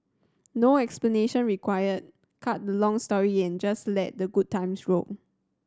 no explanation required cut the long story and just let the good times roll